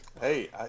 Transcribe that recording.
Hey